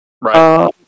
Right